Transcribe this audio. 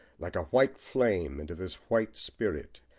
like a white flame, into this white spirit,